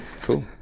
Cool